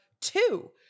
two